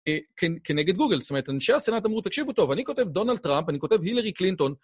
כנגד גוגל. זאת אומרת, אנשי הסנאט אמרו, תקשיבו טוב, אני כותב דונלד טראמפ, אני כותב הילרי קלינטון.